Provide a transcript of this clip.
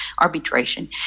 arbitration